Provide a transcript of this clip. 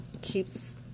Keeps